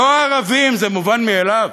לא ערבים, זה מובן מאליו,